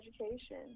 education